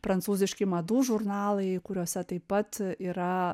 prancūziški madų žurnalai kuriuose taip pat yra